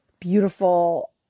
beautiful